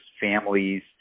families